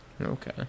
Okay